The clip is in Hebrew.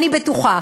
אני בטוחה,